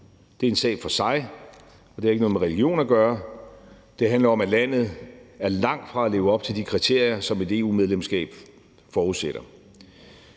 Det er en sag for sig, og det har ikke noget med religion at gøre. Det handler om, at landet er langt fra at leve op til de kriterier, som et EU-medlemskab forudsætter.